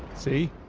see?